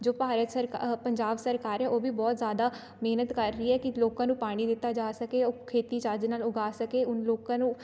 ਜੋ ਭਾਰਤ ਸਰਕਾ ਪੰਜਾਬ ਸਰਕਾਰ ਹੈ ਉਹ ਵੀ ਬਹੁਤ ਜ਼ਿਆਦਾ ਮਿਹਨਤ ਕਰ ਰਹੀ ਹੈ ਕਿ ਲੋਕਾਂ ਨੂੰ ਪਾਣੀ ਦਿੱਤਾ ਜਾ ਸਕੇ ਉਹ ਖੇਤੀ ਚੱਜ ਨਾਲ ਉਗਾ ਸਕੇ ਉ ਲੋਕਾਂ ਨੂੰ